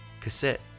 cassette